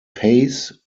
pace